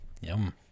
Yum